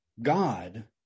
God